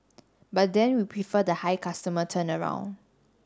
but then we prefer the high customer turnaround